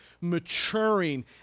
maturing